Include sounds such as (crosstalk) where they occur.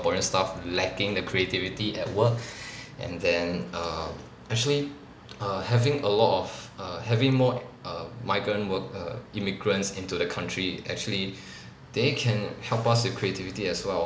singaporean staff lacking the creativity at work (breath) and then err actually err having a lot of err having more err migrant work err immigrants into the country actually (breath) they can help us with creativity as well